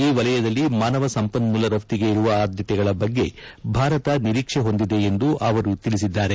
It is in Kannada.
ಈ ವಲಯದಲ್ಲಿ ಮಾನವ ಸಂಪನ್ಮೂಲ ರಫ್ತಿಗೆ ಇರುವ ಆದ್ಯತೆಗಳ ಬಗ್ಗೆ ಭಾರತ ನಿರೀಕ್ಷೆ ಹೊಂದಿದೆ ಎಂದು ಅವರು ಹೇಳಿದ್ದಾರೆ